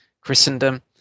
Christendom